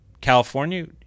California